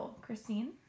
Christine